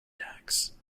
tacks